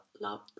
love